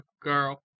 girl